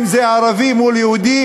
אם זה ערבי מול יהודי,